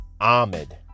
Ahmed